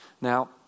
Now